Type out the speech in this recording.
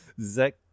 Zach